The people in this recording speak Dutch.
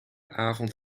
avond